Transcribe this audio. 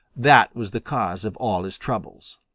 that was the cause of all his troubles.